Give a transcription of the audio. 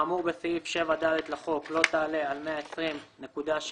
כאמור בסעיף 7ד לחוק לא תעלה על 120.7%